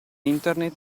internet